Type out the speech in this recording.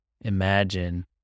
imagine